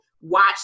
Watch